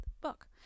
book